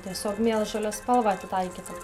tiesiog mėlžolės spalva atitaikyta